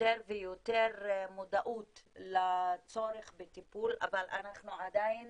ויותר ויותר מודעות לצורך בטיפול, אנחנו עדיין